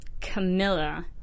Camilla